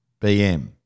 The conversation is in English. BM